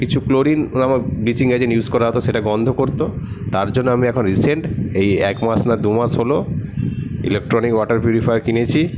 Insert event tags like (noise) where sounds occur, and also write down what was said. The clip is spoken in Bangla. কিছু ক্লোরিন নামক ব্লিচিং (unintelligible) ইউজ করা হত সেটা গন্ধ করতো তার জন্য আমি এখন রিসেন্ট এই এক মাস না দু মাস হল ইলেকট্রনিক ওয়াটার পিউরিফায়ার কিনেছি